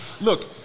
look